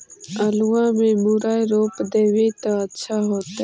आलुआ में मुरई रोप देबई त अच्छा होतई?